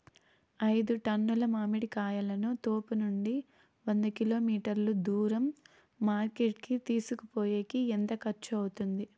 ఐదు టన్నుల మామిడి కాయలను తోపునుండి వంద కిలోమీటర్లు దూరం మార్కెట్ కి తీసుకొనిపోయేకి ఎంత ఖర్చు అవుతుంది?